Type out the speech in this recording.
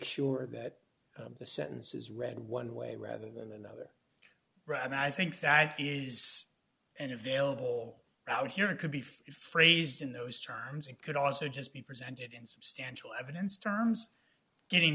sure that the sentence is read one way rather than another and i think that is an available out here and could be phrased in those terms and could also just be presented in substantial evidence terms getting